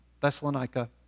Thessalonica